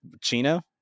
Chino